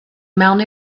mewn